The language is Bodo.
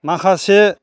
माखासे